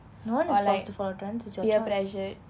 no one is forced to follow trends it's your choice